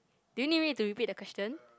do you need me to repeat the question